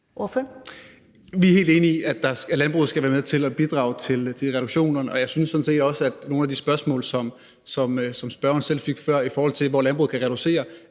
Vi er helt enige i, at landbruget skal være med til at bidrage til reduktionerne, og jeg synes sådan set også, at nogle af de spørgsmål, som spørgeren selv fik før, i forhold til hvor landbruget kan reducere,